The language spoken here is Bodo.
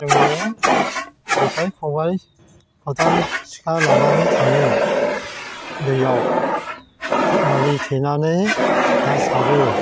जोङो जेखाय खबाय खदाल सिखा लानानै थाङो दैआव जे आलि थेनानै ना सारो